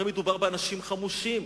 הרי מדובר באנשים חמושים.